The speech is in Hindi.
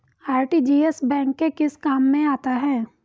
आर.टी.जी.एस बैंक के किस काम में आता है?